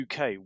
UK